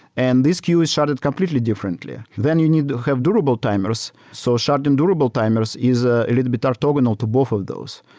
and this queue is sharded completely differently. then you need to have durable timers. so sharding durable timers is a little bit orthogonal to both of those.